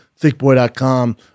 ThickBoy.com